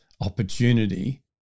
opportunity